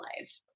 life